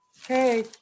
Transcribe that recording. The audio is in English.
hey